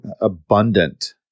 abundant